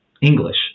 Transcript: English